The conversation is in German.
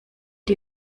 die